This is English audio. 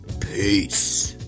peace